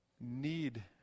need